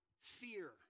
fear